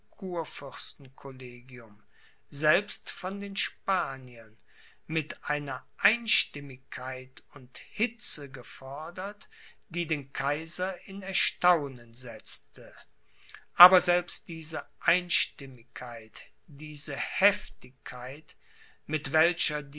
selbst von den spaniern mit einer einstimmigkeit und hitze gefordert die den kaiser in erstaunen setzte aber selbst diese einstimmigkeit diese heftigkeit mit welcher